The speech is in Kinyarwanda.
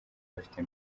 bafite